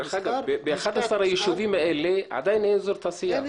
הסיטואציה בנגב, היא סיטואציה לא נורמלית.